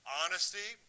honesty